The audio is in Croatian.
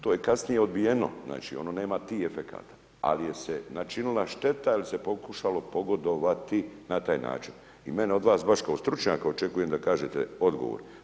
To je kasnije odbijeno, znači ono nema ti efekata ali je se načinila šteta jel se pokušalo pogodovati na taj način i mene od vas baš kao stručnjaka očekujem da kažete odgovor.